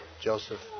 Joseph